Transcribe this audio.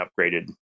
upgraded